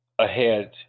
Ahead